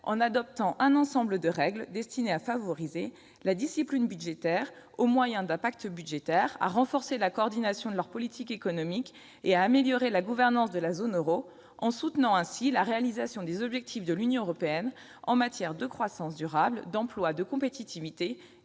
en adoptant un ensemble de règles destinées à favoriser la discipline budgétaire au moyen d'un pacte budgétaire, à renforcer la coordination de leurs politiques économiques et à améliorer la gouvernance de la zone euro, en soutenant ainsi la réalisation des objectifs de l'Union européenne en matière de croissance durable, d'emploi, de compétitivité